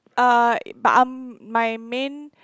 but I'm my main